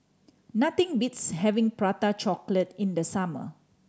nothing beats having Prata Chocolate in the summer